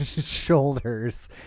shoulders